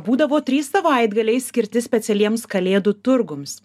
būdavo trys savaitgaliai skirti specialiems kalėdų turgums